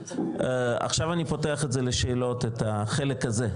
עכשיו אני פותח את זה לשאלות, את החלק הזה.